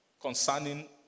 concerning